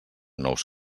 nous